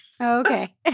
Okay